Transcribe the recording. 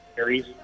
carries